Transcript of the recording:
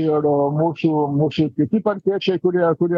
ir mūsų mūsų ir kiti partiečiai kurie kurie